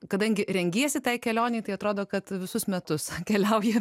kadangi rengiesi tai kelionei tai atrodo kad visus metus keliauji